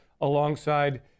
alongside